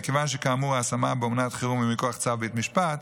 מכיוון שכאמור ההשמה באומנת החירום היא מכוח צו בית משפט,